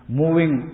moving